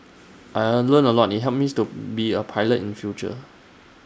I learnt A lot IT helps me to be A pilot in future